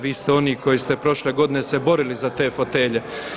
Vi ste oni koji ste prošle godine se borili za te fotelje.